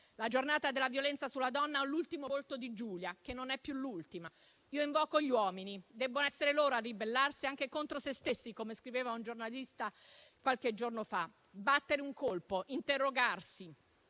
l'eliminazione della violenza sulle donne ha l'ultimo volto di Giulia, che non è più l'ultima. Io invoco gli uomini: devono essere loro a ribellarsi anche contro se stessi - come scriveva un giornalista qualche giorno fa - battere un colpo, interrogarsi,